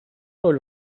роль